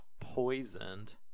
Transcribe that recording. poisoned